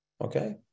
Okay